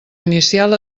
inicial